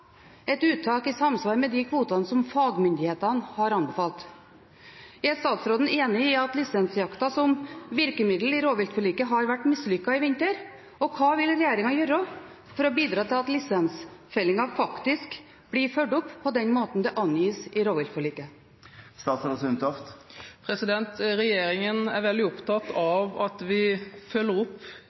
et uttak i samsvar med de kvotene som fagmyndighetene har anbefalt. Er statsråden enig i at lisensjakta som virkemiddel i rovviltforliket har vært mislykket i vinter? Og hva vil regjeringen gjøre for å bidra til at lisensfellingen faktisk blir fulgt opp på den måten det angis i rovviltforliket? Regjeringen er veldig opptatt av at vi følger opp